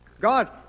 God